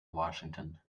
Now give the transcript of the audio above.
washington